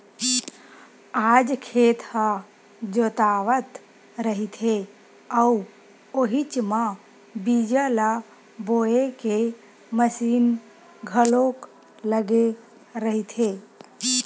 आज खेत ह जोतावत रहिथे अउ उहीच म बीजा ल बोए के मसीन घलोक लगे रहिथे